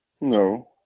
No